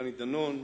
דני דנון,